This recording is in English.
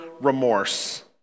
remorse